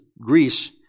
Greece